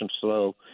slow